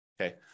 Okay